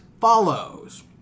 follows